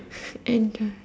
and